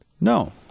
No